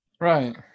Right